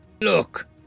Look